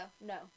No